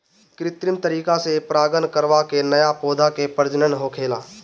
कित्रिम तरीका से परागण करवा के नया पौधा के प्रजनन होखेला